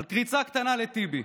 על קריצה קטנה לטיבי.